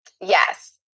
Yes